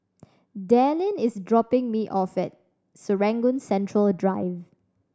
Dallin is dropping me off at Serangoon Central Drive